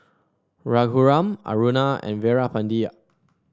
Raghuram Aruna and Veerapandiya